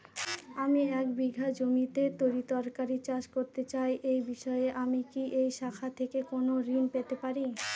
আমি এক বিঘা জমিতে তরিতরকারি চাষ করতে চাই এই বিষয়ে আমি কি এই শাখা থেকে কোন ঋণ পেতে পারি?